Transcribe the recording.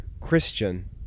Christian